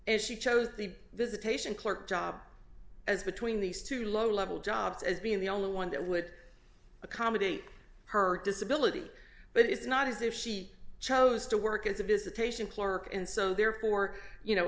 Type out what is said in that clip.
and she chose the visitation clerk job as between these two low level jobs as being the only one that would accommodate her disability but it's not as if she chose to work as a visitation clerk and so therefore you know